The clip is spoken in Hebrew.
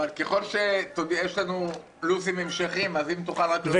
אבל יש לנו לו"זים המשכיים, אז אם תוכל להודיע.